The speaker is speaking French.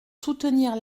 soutenir